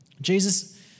Jesus